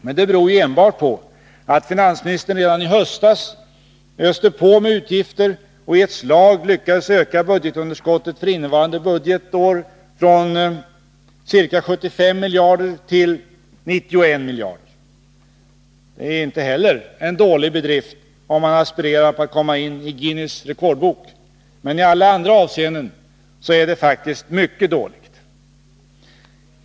Men det beror ju enbart på att finansministern redan i höstas öste på med utgifter och i ett slag lyckades öka budgetunderskottet för innevarande budgetår från ca 75 miljarder till ca 91 miljarder. Det är inte heller en dålig bedrift, om man aspirerar på att komma in i Guinness rekordbok. Men i alla andra avseenden är det faktiskt mycket dåligt.